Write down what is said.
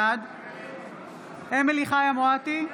בעד אמילי חיה מואטי,